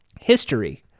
History